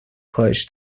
کاهش